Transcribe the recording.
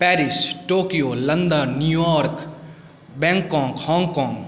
Paris Tokyo London New York Bangkok Hong Kong